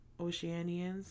Oceanians